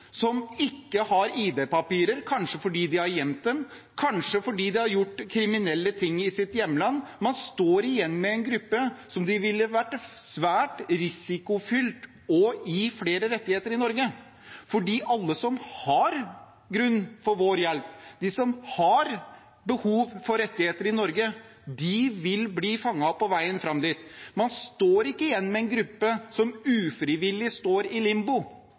som ikke har ID-papirer, kanskje fordi de har gjemt dem, kanskje fordi de har gjort kriminelle ting i sitt hjemland. Man står igjen med en gruppe som det ville vært svært risikofylt å gi flere rettigheter i Norge, for alle som har grunn til å få vår hjelp, de som har behov for rettigheter i Norge, de vil bli fanget opp på veien fram dit. Man står ikke igjen med en gruppe som ufrivillig er i limbo.